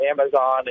Amazon